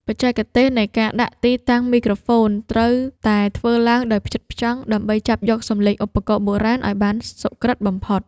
បច្ចេកទេសនៃការដាក់ទីតាំងមីក្រូហ្វូន ត្រូវតែធ្វើឡើងដោយផ្ចិតផ្ចង់ ដើម្បីចាប់យកសំឡេងឧបករណ៍បុរាណឱ្យបានសុក្រឹតបំផុត។